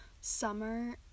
summer